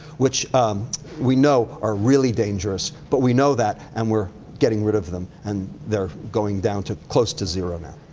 which um we know are really dangerous, but we know that and we're getting rid of them. and they're going down to close to zero now.